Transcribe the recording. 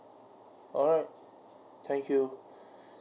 alright thank you